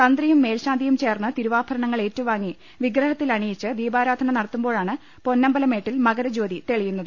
തന്ത്രിയും മേൽശാന്തിയും ചേർന്ന് തിരുവാഭരണ ങ്ങൾ ഏറ്റുവാങ്ങി വിഗ്രഹത്തിൽ അണിയിച്ച് ദീപാരാധന നടത്തു മ്പോഴാണ് പൊന്നമ്പലമേട്ടിൽ മകരജ്യോതി തെളിയുന്നത്